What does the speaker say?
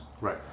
Right